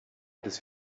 des